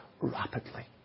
rapidly